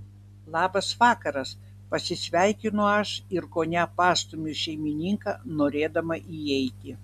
labas vakaras pasisveikinu aš ir kone pastumiu šeimininką norėdama įeiti